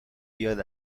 بیاد